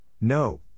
no